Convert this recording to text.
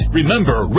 Remember